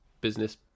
business